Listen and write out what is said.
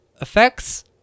effects